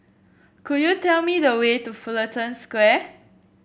could you tell me the way to Fullerton Square